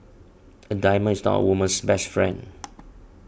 a diamond is not a woman's best friend